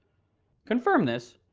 confirm this,